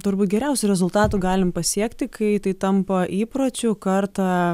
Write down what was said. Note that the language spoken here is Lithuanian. turbūt geriausių rezultatų galim pasiekti kai tai tampa įpročiu kartą